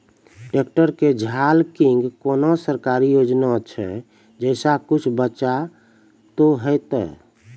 Tractor के झाल किंग कोनो सरकारी योजना छ जैसा कुछ बचा तो है ते?